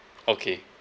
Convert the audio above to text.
okay